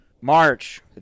March